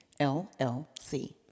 LLC